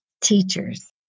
teachers